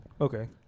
Okay